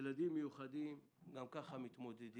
ילדים מיוחדים גם כך מתמודדים